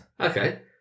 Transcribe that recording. Okay